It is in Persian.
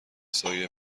سایه